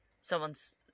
someone's